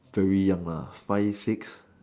very young lah five six